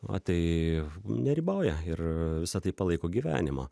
va tai neriboja ir visa tai palaiko gyvenimą